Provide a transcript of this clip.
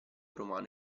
romano